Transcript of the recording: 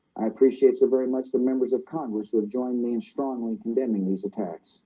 i appreciate so very much the members of congress who have joined me in strongly condemning these attacks